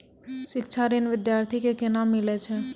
शिक्षा ऋण बिद्यार्थी के कोना मिलै छै?